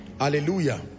Hallelujah